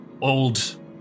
old